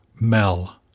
Mel